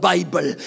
Bible